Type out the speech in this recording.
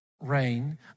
Rain